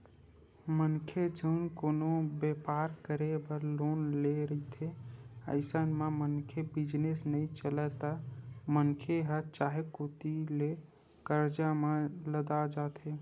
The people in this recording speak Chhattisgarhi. मनखे जउन कोनो बेपार करे बर लोन ले रहिथे अइसन म मनखे बिजनेस नइ चलय त मनखे ह चारे कोती ले करजा म लदा जाथे